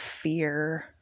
fear